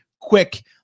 quick